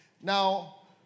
Now